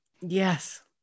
Yes